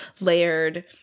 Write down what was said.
layered –